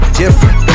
different